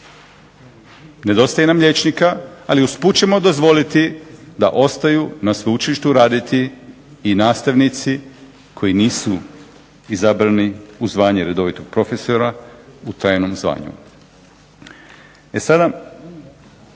nedostaje nam liječnika ali usput ćemo dozvoliti da ostaju na sveučilištu raditi i nastavnici koji nisu izabrani u zvanje redovitog profesora u trajnom zvanju. E sada